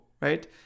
right